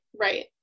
right